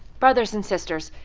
brothers and sisters,